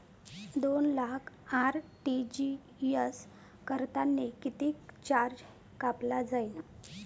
दोन लाख आर.टी.जी.एस करतांनी कितीक चार्ज कापला जाईन?